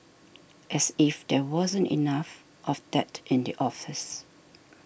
as if there wasn't enough of that in the office